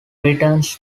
returns